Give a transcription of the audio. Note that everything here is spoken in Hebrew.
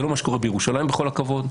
זה לא מה שקורה בירושלים בכל הכבוד,